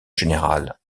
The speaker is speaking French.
général